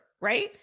Right